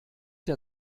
der